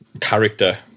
character